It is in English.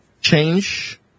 change